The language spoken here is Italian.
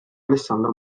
alessandro